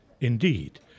indeed